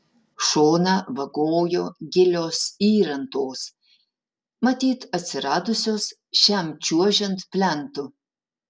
šoną vagojo gilios įrantos matyt atsiradusios šiam čiuožiant plentu